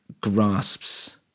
grasps